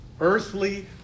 earthly